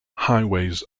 highways